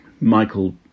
Michael